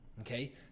Okay